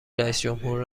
رییسجمهور